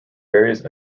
various